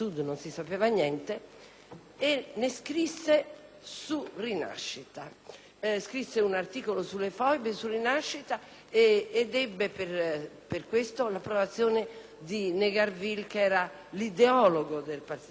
ne scrisse su «Rinascita». Scrisse un articolo sulle foibe su «Rinascita» ed ebbe, per questo, l'approvazione di Negarville, che era l'ideologo del Partito comunista.